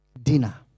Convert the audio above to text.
dinner